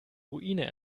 ruine